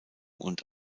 und